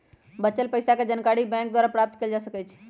बच्चल पइसाके जानकारी बैंक द्वारा प्राप्त कएल जा सकइ छै